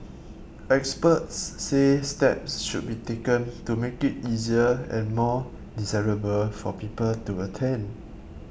experts say steps should be taken to make it easier and more desirable for people to attend